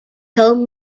taught